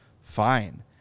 fine